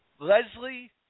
Leslie